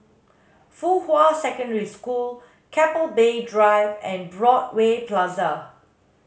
Fuhua Secondary School Keppel Bay Drive and Broadway Plaza